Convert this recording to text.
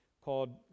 called